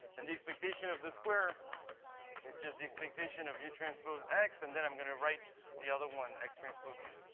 and the expedition of the square is just the expectation of u transpose x. and then i'm going to write the other one x transpose u.